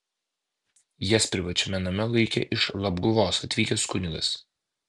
jas privačiame name laikė iš labguvos atvykęs kunigas